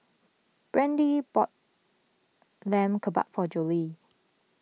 Brandie bought Lamb Kebabs for Jolie